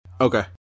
okay